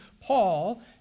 Paul